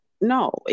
No